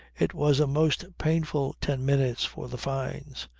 it was a most painful ten minutes for the fynes.